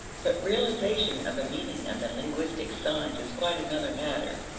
but realization of the meaning of the linguistic signs is quite another matter.